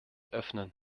öffnen